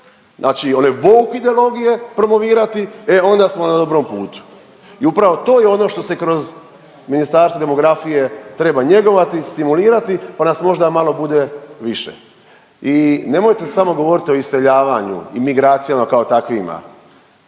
znači one woke ideologije promovirati e onda smo na dobrom putu. I upravo je to ono što se kroz Ministarstvo demografije treba njegovati, stimulirati pa nas možda malo bude više. I nemojte samo govoriti o iseljavanju i migracijama kao takvima,